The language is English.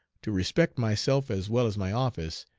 to respect myself as well as my office,